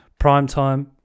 primetime